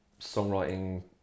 songwriting